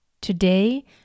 Today